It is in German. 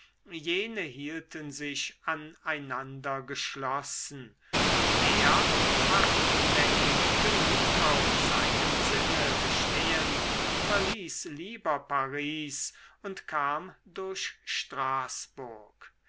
jene hielten sich aneinander geschlossen und er hartnäckig genug auf seinem sinne bestehend verließ lieber paris und kam durch straßburg